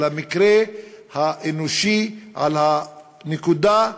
על המקרה האנושי, על הנקודה,